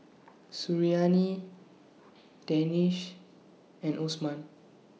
Suriani Danish and Osman